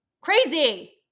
Crazy